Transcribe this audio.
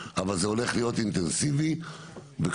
אבל זה הולך להיות אינטנסיבי וכבר